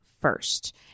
first